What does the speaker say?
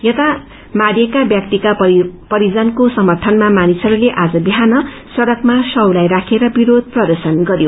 यता मारिएका व्यक्तिका परिजनको समर्थनमा मानिसहस्ते आज विहान सङ्कमा शवलाई राखेर विरोष प्रदर्शन गरयो